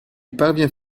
parvient